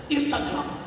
Instagram